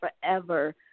forever